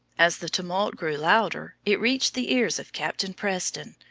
as the tumult grew louder, it reached the ears of captain preston,